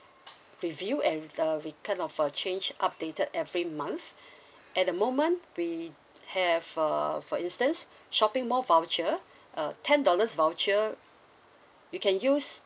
review and uh return of a change updated every months at the moment we have uh for instance shopping mall voucher uh ten dollars voucher you can use